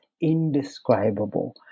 indescribable